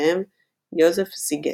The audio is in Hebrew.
בהם יוזף סיגטי.